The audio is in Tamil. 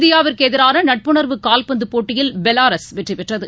இந்தியாவுக்குஎதிரானநட்புணா்வு கால்பந்துபோட்டியில் பெலாரஸ் வெற்றிடெற்றது